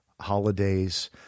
holidays